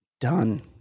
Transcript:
Done